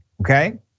okay